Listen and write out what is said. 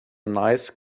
nice